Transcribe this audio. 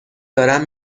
دارم